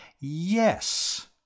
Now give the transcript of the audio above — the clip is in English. Yes